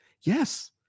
Yes